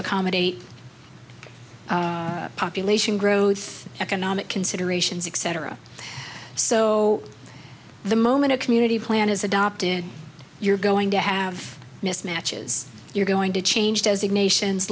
accommodate population growth economic considerations except for a so the moment a community plan is adopted you're going to have mismatches you're going to change designations